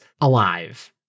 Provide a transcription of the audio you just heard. alive